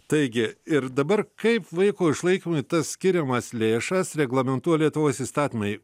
taigi ir dabar kaip vaiko išlaikymui skiriamas lėšas reglamentuoja lietuvos įstatymai